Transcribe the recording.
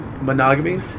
Monogamy